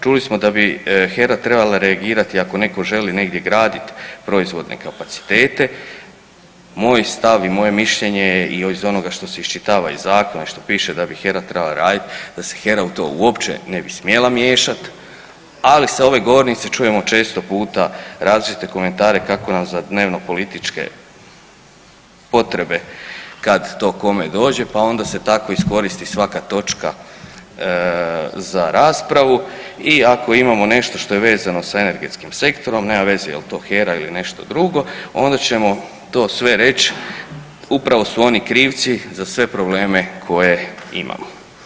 Čuli smo da bi HERA trebala reagirati ako netko želi negdje gradit proizvodne kapacitete, moj stav i moje mišljenje je i iz onoga što se iščitava iz zakona i što piše da bi HERA trebala radit da se HERA u to uopće ne bi smjela miješat, ali sa ove govornice čujemo često puta različite komentare kako nam za dnevno političke potrebe kad to kome dođe, pa onda se tako iskoristi svaka točka za raspravu i ako imamo nešto što je vezano sa energetskim sektorom, nema veze je li to HERA ili nešto drugo, onda ćemo to sve reć upravo su oni krivci za sve probleme koje imamo.